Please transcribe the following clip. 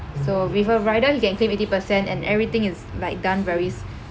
so with a rider he can claim eighty percent and everything is like done very